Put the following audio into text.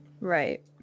Right